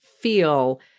feel